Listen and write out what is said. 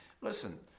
listen